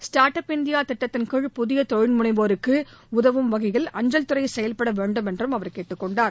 start up India திட்டத்தின்கீழ் புதிய தொழில்முனைவோருக்கு உதவும் வகையில் அஞ்சல்துறை செயல்படவேண்டும் என்றும் அவர் கேட்டுக்கொண்டார்